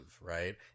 right